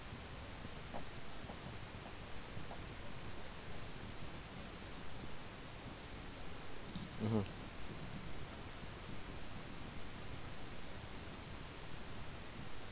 mmhmm